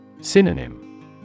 Synonym